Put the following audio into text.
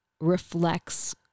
reflects